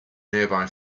nearby